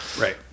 Right